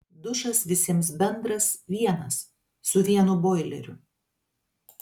dušas visiems bendras vienas su vienu boileriu